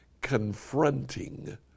confronting